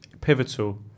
pivotal